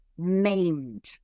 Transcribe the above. maimed